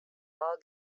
all